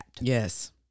Yes